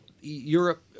Europe